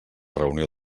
reunió